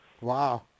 Wow